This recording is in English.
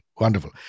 Wonderful